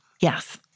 Yes